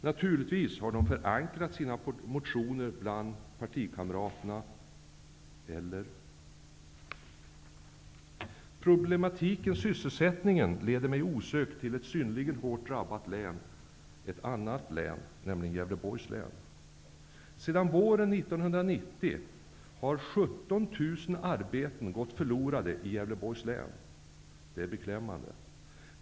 Naturligtvis har de förankrat sina motioner bland partikamraterna, eller? Problematiken sysselsättningen leder mig osökt till ett annat synnerligen hårt drabbat län, nämligen arbeten gått förlorade i Gävleborgs län. Det är beklämmande.